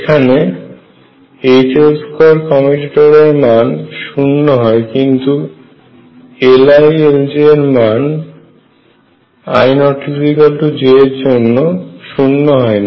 এখানে H L2 এর মান শূন্য হয কিন্তু Li Ljএর মান ij এর জন্য শূন্য হয় না